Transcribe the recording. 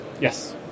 yes